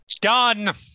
done